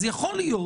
אז יכול להיות